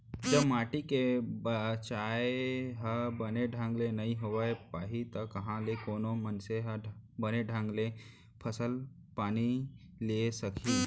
जब माटी के बचाय ह बने ढंग ले नइ होय पाही त कहॉं ले कोनो मनसे ह बने ढंग ले फसल पानी लिये सकही